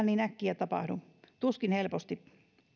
niin äkkiä tapahdu tuskin helposti